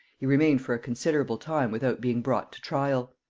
he remained for a considerable time without being brought to trial.